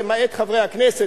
למעט חברי הכנסת,